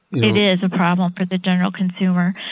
it is a problem for the general consumer.